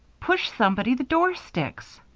push, somebody the door sticks.